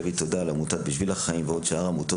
להגיד תודה לעמותת בשביל החיים ולשאר העמותות